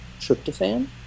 tryptophan